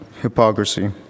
hypocrisy